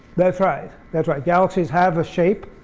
that's right. that's right. galaxies have a shape,